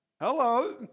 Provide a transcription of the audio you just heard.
Hello